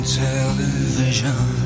television